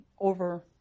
over